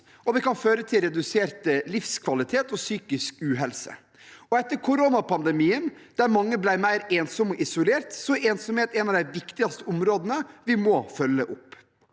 og det kan føre til redusert livskvalitet og psykisk uhelse. Etter koronapandemien, da mange ble mer ensomme og isolerte, er ensomhet et av de viktigste områdene vi må følge opp.